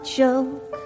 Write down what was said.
joke